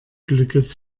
glückes